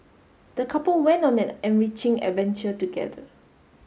the couple went on an enriching adventure together